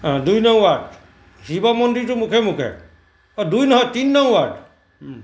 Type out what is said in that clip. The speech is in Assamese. অঁ দুই নং ৱাৰ্ড শিৱ মন্দিৰটোৰ মুখে মুখে অঁ দুই নহয় তিনি নং ৱাৰ্ড